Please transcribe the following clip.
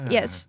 Yes